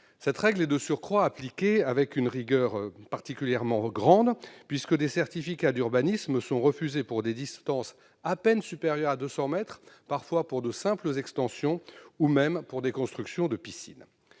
Cette règle est de surcroît appliquée avec une rigueur particulièrement grande, puisque des certificats d'urbanisme sont refusés pour des distances à peine supérieures à 200 mètres, parfois pour de simples extensions ou pour des constructions de piscines.